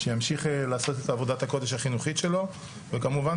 שימשיך לעשות את עבודת הקודש החינוכית שלו וכמובן,